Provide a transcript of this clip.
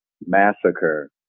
massacre